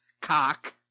cock